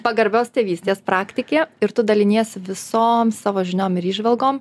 pagarbios tėvystės praktikė ir tu daliniesi visom savo žiniom ir įžvalgom